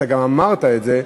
אתה גם אמרת את זה,